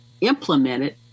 implemented